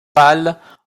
pâles